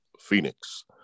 Phoenix